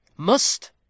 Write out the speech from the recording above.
Must